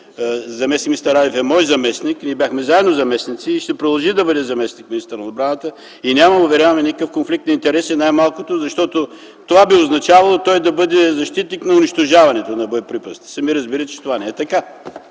заместник-министър Радев е мой заместник, ние бяхме заедно заместници, и ще продължи да бъде заместник-министър на отбраната. Няма, уверявам Ви, никакъв конфликт на интереси, най-малкото защото това би означавало той да бъде защитник на унищожаването на боеприпасите. Сами разбирате, че това не е така.